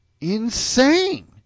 insane